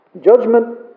judgment